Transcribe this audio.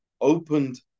opened